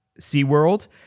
SeaWorld